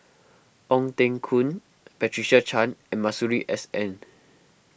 Ong Teng Koon Patricia Chan and Masuri S N